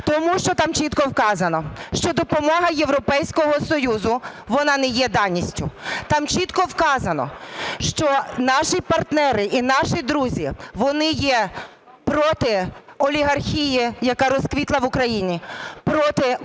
тому що там чітко вказано, що допомога Європейського Союзу, вона не є даністю. Там чітко вказано, що наші партнери і наші друзі, вони є проти олігархії, яка розквітла в Україні, проти корупції,